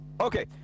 Okay